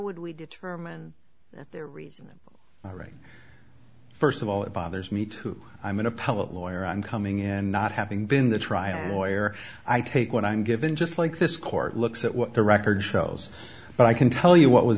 would we determine that they're reasonable all right first of all it bothers me too i'm an appellate lawyer and coming in not having been the trial lawyer i take what i'm given just like this court looks at what the record shows but i can tell you what was